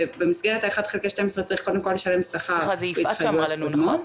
במסגרת ה-1/12 צריך קודם כל לשלם שכר והתחייבויות קודמות,